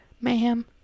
mayhem